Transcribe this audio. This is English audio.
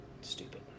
Stupid